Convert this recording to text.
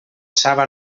saba